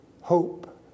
hope